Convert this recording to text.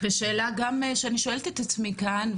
ושאלה שאני גם שואלת את עצמי כאן,